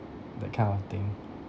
that kind of thing